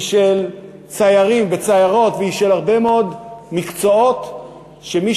היא של ציירים וציירות והיא של הרבה מאוד מקצועות שמי